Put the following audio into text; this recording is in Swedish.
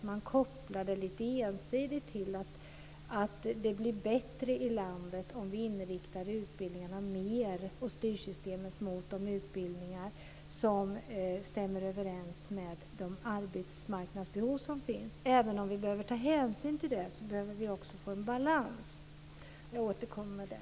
Man gör en ensidig koppling och tror att det blir bättre i landet om vi inriktar styrsystemet mer mot de utbildningar som stämmer överens med de arbetsmarknadsbehov som finns. Även om vi behöver ta hänsyn till det måste vi ha en balans. Jag återkommer till det.